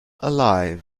alive